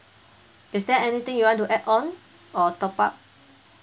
is there anything you want to add on or top up